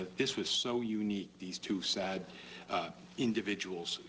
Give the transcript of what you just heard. this was so unique, these two sad individuals,